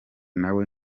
nawe